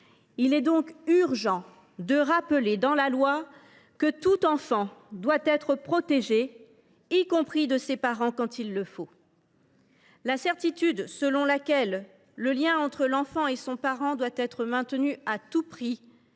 Il est donc urgent de rappeler dans la loi que tout enfant doit être protégé, y compris de ses parents quand il le faut. La certitude selon laquelle le lien entre l’enfant et son parent doit être maintenu à tout prix